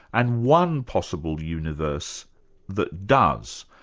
and one possible universe that does.